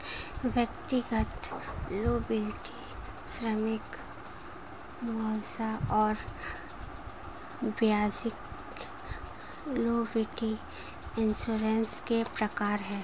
व्यक्तिगत लॉयबिलटी श्रमिक मुआवजा और वाणिज्यिक लॉयबिलटी इंश्योरेंस के प्रकार हैं